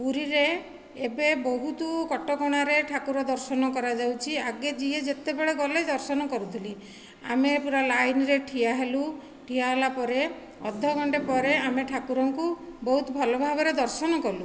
ପୁରୀରେ ଏବେ ବହୁତ କଟକଣାରେ ଠାକୁର ଦର୍ଶନ କରାଯାଉଛି ଆଗେ ଯିଏ ଯେତେବେଳେ ଗଲେ ଦର୍ଶନ କରୁଥିଲେ ଆମେ ପୁରା ଲାଇନରେ ଠିଆ ହେଲୁ ଠିଆ ହେଲା ପରେ ଅଧ ଘଣ୍ଟା ପରେ ଠାକୁରଙ୍କୁ ବହୁତ ଭଲ ଭାବରେ ଦର୍ଶନ କଲୁ